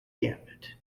gambit